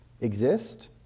exist